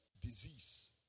Disease